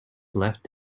left